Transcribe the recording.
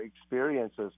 experiences